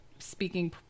speaking